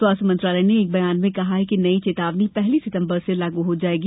स्वास्थ्य मंत्रालय ने एक बयान में कहा है कि नई चेतावनी पहली सितम्बर से लागू हो जाएगी